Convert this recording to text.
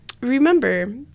remember